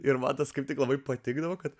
ir vadas kaip tik labai patikdavo kad